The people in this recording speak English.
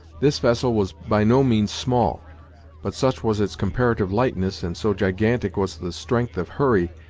this vessel was by no means small but such was its comparative lightness, and so gigantic was the strength of hurry,